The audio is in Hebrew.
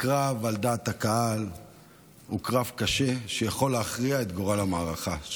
הקרב על דעת הקהל הוא קרב קשה שיכול להכריע את גורל המערכה.